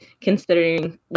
considering